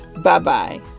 Bye-bye